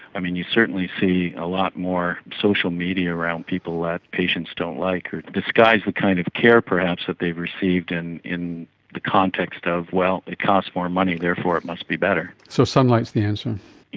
i mean, you certainly see a lot more social media around people that patients don't like, or disguise the kind of care perhaps that they've received in in the context of, well, it cost more money therefore it must be better. so sunlight is the answer. yes.